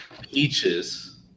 Peaches